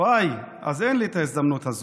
ואיי, אז אין לי את ההזדמנות הזו.